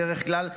בדרך כלל,